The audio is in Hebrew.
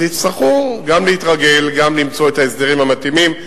אז יצטרכו להתרגל וגם למצוא את ההסדרים המתאימים.